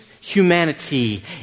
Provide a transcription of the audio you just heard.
humanity